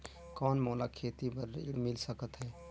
कौन मोला खेती बर ऋण मिल सकत है?